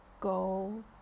go